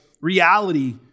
reality